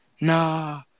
nah